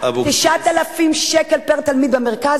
9,000 שקל פר-תלמיד במרכז,